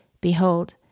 Behold